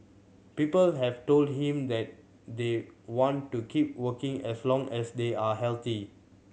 people have told him that they want to keep working as long as they are healthy